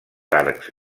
arcs